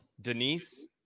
Denise